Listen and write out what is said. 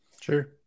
Sure